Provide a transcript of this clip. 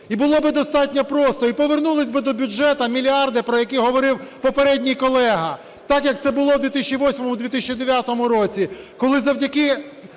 І було би достатньо просто, і повернулися би до бюджету мільярди, про які говорив попередній колега, так як це було в 2008-2009 році, коли завдяки